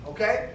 Okay